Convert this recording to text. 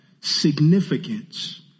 significance